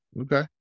Okay